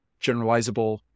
generalizable